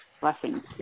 Blessings